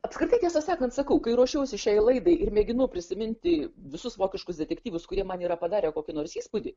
apskritai tiesą sakant sakau kai ruošiausi šiai laidai ir mėginau prisiminti visus vokiškus detektyvus kurie man yra padarę kokį nors įspūdį